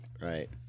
Right